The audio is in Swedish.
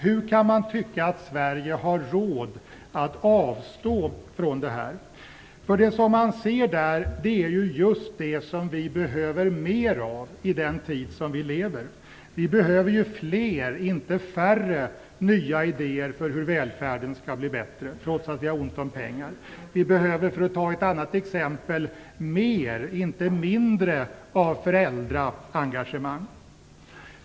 Hur kan man tycka att Sverige har råd att avstå från det här? Vid besök ute i olika verksamheter ser man just sådant som vi behöver mer av i den tid som vi lever i. Vi behöver fler, inte färre, nya idéer för hur välfärden skall bli bättre - trots att vi har ont om pengar. För att ta ett annat exempel behöver vi mer, inte mindre, av föräldraengagemang.